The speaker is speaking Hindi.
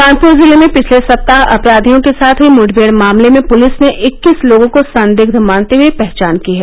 कानपुर जिले में पिछले सप्ताह अपराधियों के साथ हई मुठभेड़ मामले में पुलिस ने इक्कीस लोगों को संदिग्ध मानते हए पहचान की है